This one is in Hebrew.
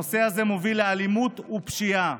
הנושא הזה מוביל לאלימות ופשיעה.